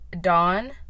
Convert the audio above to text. dawn